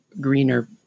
greener